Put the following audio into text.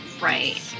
Right